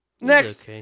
Next